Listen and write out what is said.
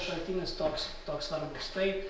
šaltinis toks toks svarbus tai